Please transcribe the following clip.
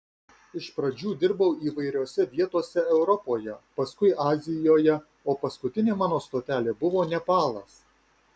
iš pradžių dirbau įvairiose vietose europoje paskui azijoje o paskutinė mano stotelė buvo nepalas